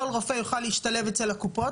כל רופא יוכל להשתלב אצל הקופות,